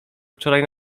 wczoraj